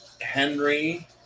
Henry